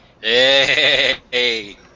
Hey